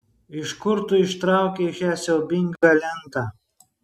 iš kur tu ištraukei šią siaubingą lentą